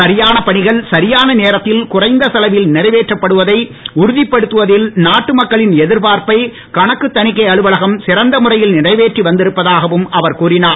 சரியான பணிகள் சரியான நேரத்தில் குறைந்த செலவில் நிறைவேற்றப்படுவதை உறுதிப்படுத்துவதில் நாட்டு மக்களின் எதிர்பார்ப்பை கணக்கு தனிக்கை அலுவலகம் சிறந்த முறையில் நிறைவேற்றி வந்திருப்பதாகவும் அவர் கூறினார்